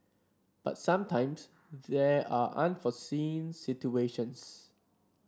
but sometimes there are unforeseen situations